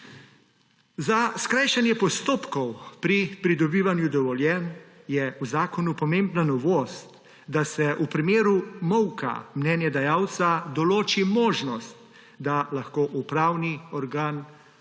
Za skrajšanje postopkov pri pridobivanju dovoljenj je v zakonu pomembna novost, da se v primeru molka mnenjedajalca določi možnost, da lahko upravni organ odloči